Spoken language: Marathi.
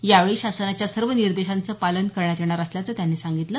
यावेळी शासनाच्या सर्व निर्देशांचं पालन करण्यात येणार असल्याचं त्यांनी सांगितलं